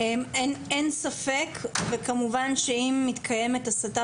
אם מתקיימת הסתה